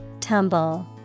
Tumble